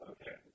Okay